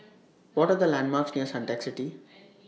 What Are The landmarks near Suntec City